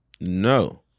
No